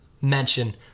mention